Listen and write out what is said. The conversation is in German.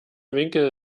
winkel